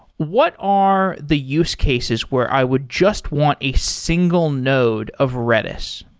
what are the use cases where i would just want a single node of redis?